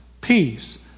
peace